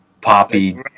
poppy